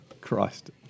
Christ